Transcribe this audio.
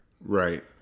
Right